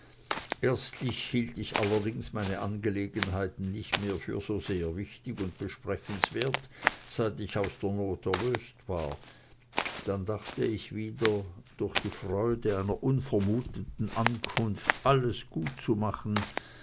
erstlich hielt ich allerdings meine angelegenheiten nicht mehr für so sehr wichtig und besprechenswert seit ich aus der not erlöst war dann dachte ich wieder durch die freude einer unvermuteten ankunft alles gutzumachen